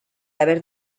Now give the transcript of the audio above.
haber